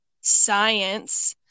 science